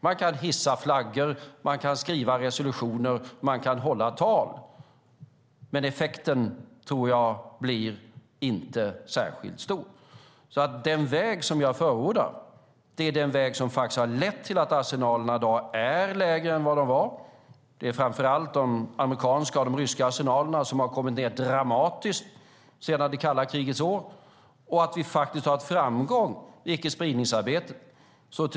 Man kan hissa flaggor, man skriva resolutioner och man kan hålla tal, men jag tror inte att effekten blir särskilt stor. Den väg som jag förordar är den väg som har lett till att arsenalerna i dag är lägre än vad de var tidigare. Det är framför allt de amerikanska och ryska arsenalerna som har minskat dramatiskt sedan det kalla krigets år. Vi har faktiskt haft framgång i icke-spridningsarbetet.